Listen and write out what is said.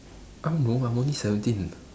I don't know I'm only seventeen